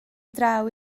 draw